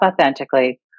authentically